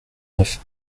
neuf